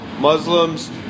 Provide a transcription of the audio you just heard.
Muslims